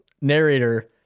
narrator